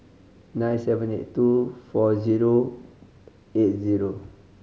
nine seven eight two four zero eight zero